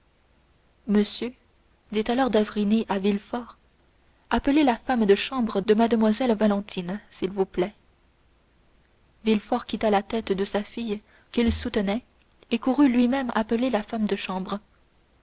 monsieur dit alors d'avrigny à villefort appelez la femme de chambre de mlle valentine s'il vous plaît villefort quitta la tête de sa fille qu'il soutenait et courut lui-même appeler la femme de chambre